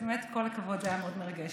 אז באמת כל הכבוד, זה היה מאוד מרגש.